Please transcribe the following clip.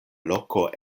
loko